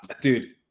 Dude